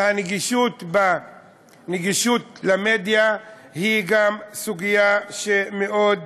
וגם הנגישות של המדיה היא סוגיה שמאוד